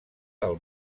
del